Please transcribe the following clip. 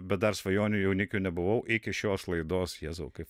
bet dar svajonių jaunikiu nebuvau iki šios laidos jėzau kaip